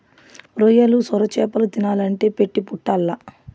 రొయ్యలు, సొరచేపలు తినాలంటే పెట్టి పుట్టాల్ల